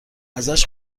ازش